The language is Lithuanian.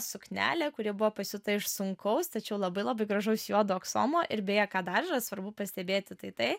suknelė kuri buvo pasiūta iš sunkaus tačiau labai labai gražaus juodo aksomo ir beje ką dar yra svarbu pastebėti tai tai